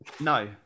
No